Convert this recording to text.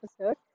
episode